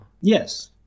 yes